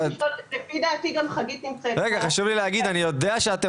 לפי דעתי גם חגית נמצאת פה אני יודע שאתם